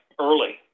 early